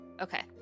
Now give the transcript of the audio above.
Okay